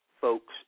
folks